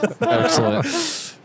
Excellent